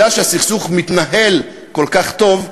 מכיוון שהסכסוך מתנהל כל כך טוב,